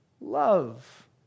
love